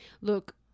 Look